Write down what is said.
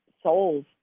souls